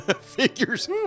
figures